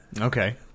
Okay